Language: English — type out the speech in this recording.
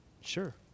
Sure